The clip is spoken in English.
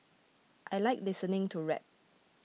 I like listening to rap